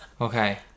okay